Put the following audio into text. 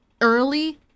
early